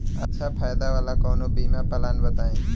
अच्छा फायदा वाला कवनो बीमा पलान बताईं?